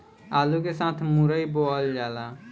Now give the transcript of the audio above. आलू के साथ मुरई बोअल जाला